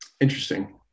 Interesting